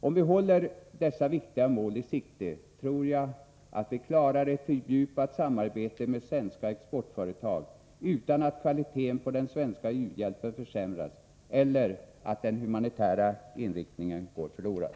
Om vi håller dessa viktiga mål i sikte, tror jag att vi klarar ett fördjupat samarbete med svenska exportföretag utan att kvaliteten på den svenska u-hjälpen försämras eller att den humanitära inriktningen går förlorad.